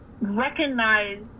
recognize